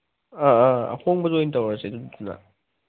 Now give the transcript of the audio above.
ꯑꯥ ꯑꯥ ꯑꯥ ꯑꯍꯣꯡꯕꯗꯨ ꯑꯣꯏꯅ ꯇꯧꯔꯁꯦ ꯑꯗꯨꯗꯨꯅ